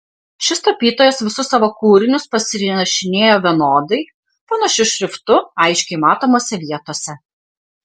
šis tapytojas visus savo kūrinius pasirašinėjo vienodai panašiu šriftu aiškiai matomose vietose